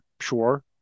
Sure